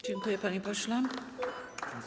Dziękuję, panie pośle.